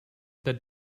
that